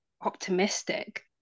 optimistic